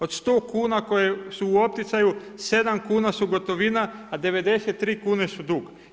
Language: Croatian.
Od 100 kuna koje su u opticaju, 7 kuna su gotovina, a 93 kune su dug.